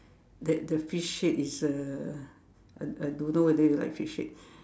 that the fish head is a I I don't know whether you like fish head